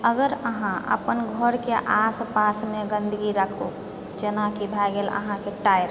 अगर अहाँ अपन घरके आसपासमे गन्दगी राखू जेनाकि भए गेल अहाँके टायर